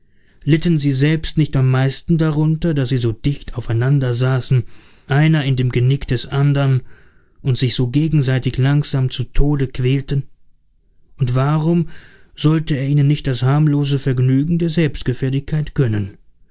litten sie selbst nicht am meisten darunter daß sie so dicht aufeinander saßen einer in dem genick des anderen und sich so gegenseitig langsam zu tode quälten und warum sollte er ihnen nicht das harmlose vergnügen der selbstgefälligkeit gönnen